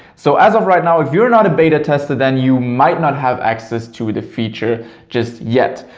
so as of right now if you're not a beta tester then you might not have access to the feature just yet.